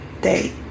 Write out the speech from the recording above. day